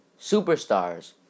superstars